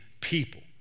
people